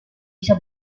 bisa